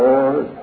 Lord